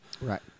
Right